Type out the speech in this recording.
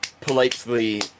politely